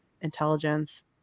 intelligence